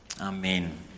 Amen